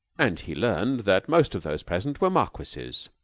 and he learned that most of those present were marquises.